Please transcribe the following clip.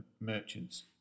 merchants